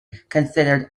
considered